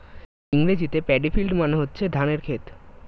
ইংরেজিতে paddy field মানে হচ্ছে ধানের ক্ষেত